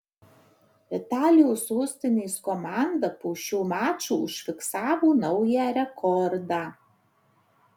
italijos sostinės komanda po šio mačo užfiksavo naują rekordą